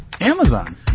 Amazon